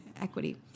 equity